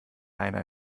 einer